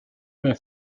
mehr